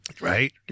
Right